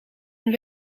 een